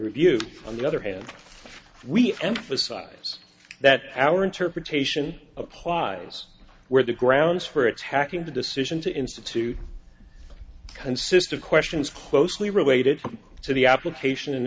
review on the other hand we emphasize that our interpretation applies where the grounds for attacking the decision to institute consist of questions closely related to the application and